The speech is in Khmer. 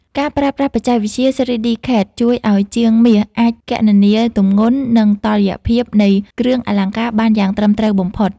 ការប្រើប្រាស់បច្ចេកវិទ្យា 3D CAD ជួយឱ្យជាងមាសអាចគណនាទម្ងន់ និងតុល្យភាពនៃគ្រឿងអលង្ការបានយ៉ាងត្រឹមត្រូវបំផុត។